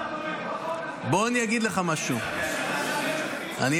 מפני שאתה --- את החוק הזה.